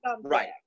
Right